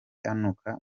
anuka